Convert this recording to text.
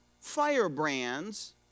firebrands